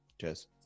Cheers